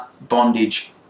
bondage